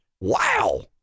Wow